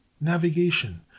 navigation